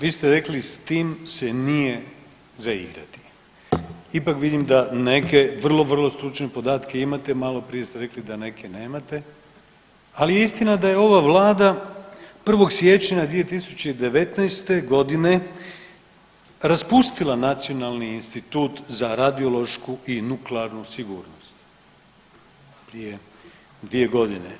Vi ste rekli s tim se nije za igrati, ipak vidim da neke vrlo, vrlo stručne podatke imate, maloprije ste rekli da neke nemate, ali je istina da je ova vlada 1. siječnja 2019.g. raspustila Nacionalni institut za radiološku i nuklearnu sigurnost, prije dvije godine.